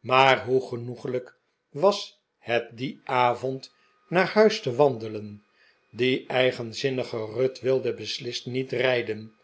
maar hoe genoeglijk was het dien avohd naar huis te wandelen die eigenzinnige ruth wilde beslist niet rijden